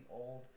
old